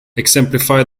exemplify